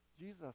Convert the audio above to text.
Jesus